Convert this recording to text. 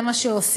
זה מה שעושים.